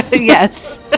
yes